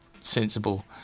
Sensible